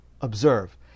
observe